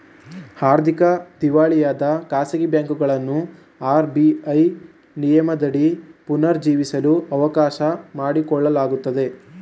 ಆರ್ಥಿಕ ದಿವಾಳಿಯಾದ ಖಾಸಗಿ ಬ್ಯಾಂಕುಗಳನ್ನು ಆರ್.ಬಿ.ಐ ನಿಯಮದಡಿ ಪುನರ್ ಜೀವಿಸಲು ಅವಕಾಶ ಮಾಡಿಕೊಡಲಾಗುತ್ತದೆ